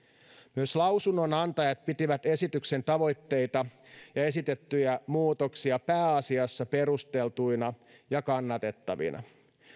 myös lausunnonantajat pitivät esityksen tavoitteita ja esitettyjä muutoksia pääasiassa perusteltuina ja kannatettavina